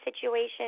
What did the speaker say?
situation